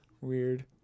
Weird